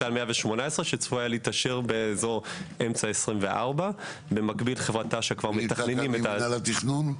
שצפויה להיות מאושרת באזור אמצע 2024. מי כאן ממינהל התכנון?